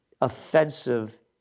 offensive